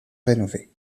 rénové